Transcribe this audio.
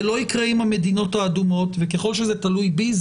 זה לא יקרה עם המדינות האדומות וככל שזה תלוי בי,